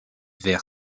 ver